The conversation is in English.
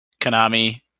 Konami